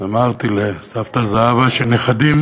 אמרתי לסבתא זהבה שנכדים